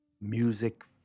music